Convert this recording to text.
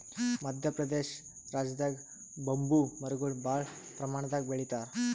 ಮದ್ಯ ಪ್ರದೇಶ್ ರಾಜ್ಯದಾಗ್ ಬಂಬೂ ಮರಗೊಳ್ ಭಾಳ್ ಪ್ರಮಾಣದಾಗ್ ಬೆಳಿತಾರ್